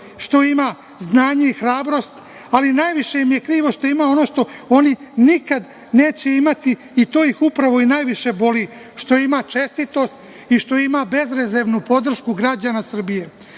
što ima znanje i hrabrost, ali najviše im je krivo što ima ono što oni nikada neće imati i to ih upravo i najviše boli, što ima čestitost i što ima bezrezervnu podršku građana Srbije. Zbog